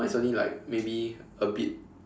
mine is only like maybe a bit